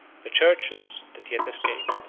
the churches, that yet escaped,